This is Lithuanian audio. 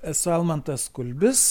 esu almantas kulbis